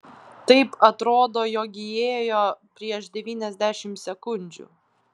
taip atrodo jog įėjo prieš devyniasdešimt sekundžių